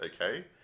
okay